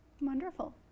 Wonderful